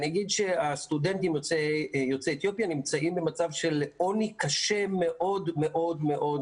הסטודנטים יוצאי אתיופיה נמצאים במצב של עוני קשה מאוד מאוד,